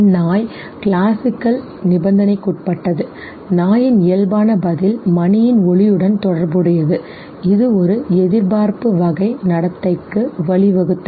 நாய் கிளாசிக்கல் நிபந்தனைக்குட்பட்டது நாயின் இயல்பான பதில் மணியின் ஒலியுடன் தொடர்புடையது இது ஒரு எதிர்பார்ப்பு வகை நடத்தைக்கு வழிவகுத்தது